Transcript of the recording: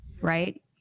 right